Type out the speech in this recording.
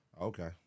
Okay